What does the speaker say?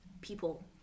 people